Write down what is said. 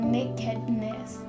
nakedness